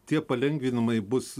tie palengvinimai bus